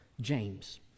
James